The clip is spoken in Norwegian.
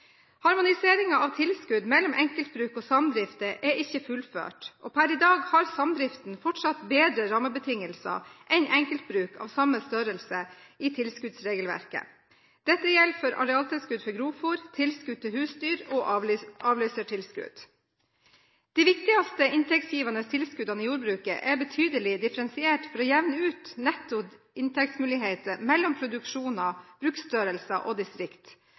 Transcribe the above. av tilskudd mellom enkeltbruk og samdrifter er ikke fullført, og per i dag har samdriftene fortsatt bedre rammebetingelser i tilskuddsregelverket enn enkeltbruk av samme størrelse. Dette gjelder for arealtilskudd for grovfôr, tilskudd til husdyr og avløsertilskudd. De viktigste inntektsgivende tilskuddene i jordbruket er betydelig differensiert for å jevne ut netto inntektsmuligheter mellom produksjoner, bruksstørrelser og distrikt,